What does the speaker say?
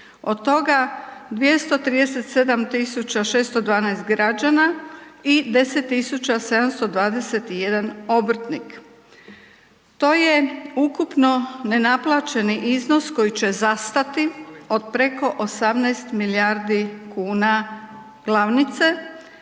Od toga 237 612 građana i 10 721 obrtnik. To je ukupno nenaplaćeni iznos koji će zastati od preko 18 milijardi kuna glavnice